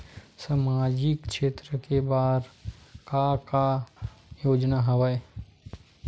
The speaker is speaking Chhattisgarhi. सामाजिक क्षेत्र के बर का का योजना हवय?